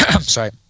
sorry